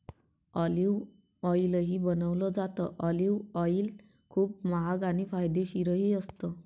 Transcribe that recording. olive ऑईलही बनवलं जातं, ऑलिव्ह ऑईल खूप महाग आणि फायदेशीरही असतं